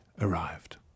arrived